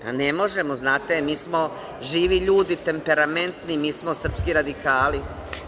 Ne možemo, znate, mi smo živi ljudi, temperamentni, mi smo srpski radikali.